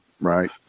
right